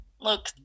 look